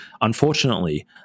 Unfortunately